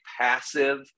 passive